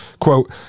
quote